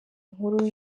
nkuru